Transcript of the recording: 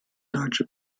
deutsche